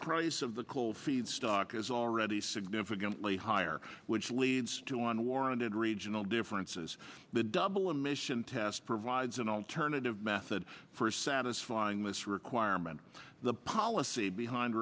price of the coal feedstock is already significantly higher which leads to on warranted regional differences the double emission test provides an alternative method for satisfying this requirement the policy behind